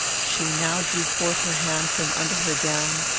she now drew forth her hand from under her gown,